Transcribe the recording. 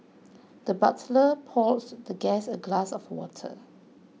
the butler poured the guest a glass of water